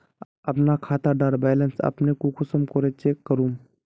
अपना खाता डार बैलेंस अपने कुंसम करे चेक करूम?